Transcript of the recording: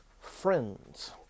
friends